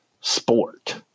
sport